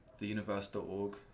Theuniverse.org